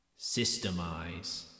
Systemize